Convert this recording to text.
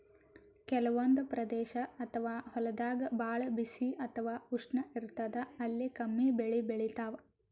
ಕೆಲವಂದ್ ಪ್ರದೇಶ್ ಅಥವಾ ಹೊಲ್ದಾಗ ಭಾಳ್ ಬಿಸಿ ಅಥವಾ ಉಷ್ಣ ಇರ್ತದ್ ಅಲ್ಲಿ ಕಮ್ಮಿ ಬೆಳಿ ಬೆಳಿತಾವ್